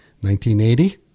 1980